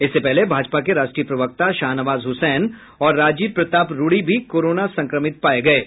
इससे पहले भाजपा के राष्ट्रीय प्रवक्ता शाहनवाज हुसैन और राजीव प्रताप रूढ़ी भी कोरोना संक्रमित पाये गये हैं